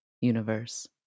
universe